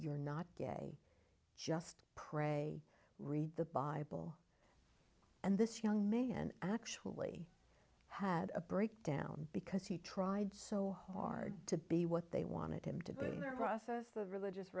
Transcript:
you're not gay just pray read the bible and this young man and actually had a breakdown because he tried so hard to be what they wanted him to be in their process the religious